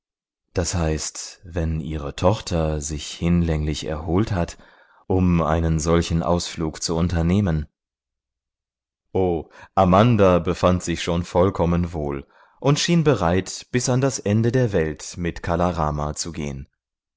das heißt wenn ihre tochter sich hinlänglich erholt hat um einen solchen ausflug zu unternehmen o amanda befand sich schon vollkommen wohl und schien bereit bis an das ende der welt mit kala rama zu gehen